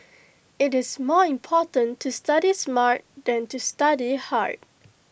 IT is more important to study smart than to study hard